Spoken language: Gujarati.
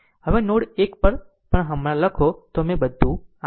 આમ હવે જો નોડ 1 પર હમણાં લખો તો મેં બધું આપ્યું